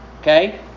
Okay